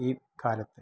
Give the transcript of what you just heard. ഈ കാലത്ത്